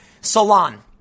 Salon